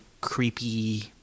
creepy